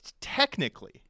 technically